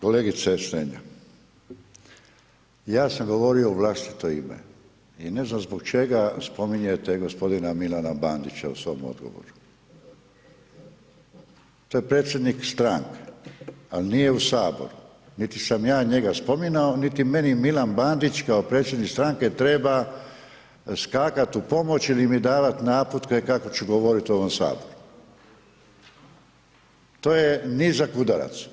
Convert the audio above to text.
Kolegice Strenja, ja sam govorio u vlastito ime i ne znam zbog čega spominjete g. Milana Bandića u svom odgovoru, to je predsjednik stranke, al nije u HS, niti sam ja njega spominao, niti meni Milan Bandić kao predsjednik stranke treba skakat u pomoć ili mi davat naputke kako ću govoriti u ovom HS, to je nizak udarac.